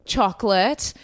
Chocolate